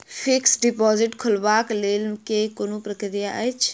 Fixed deposit खोलबाक लेल केँ कुन प्रक्रिया अछि?